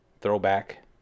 throwback